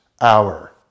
hour